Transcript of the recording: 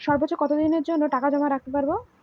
সর্বোচ্চ কত দিনের জন্য টাকা জমা রাখতে পারি?